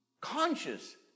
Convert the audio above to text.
conscious